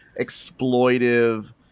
exploitive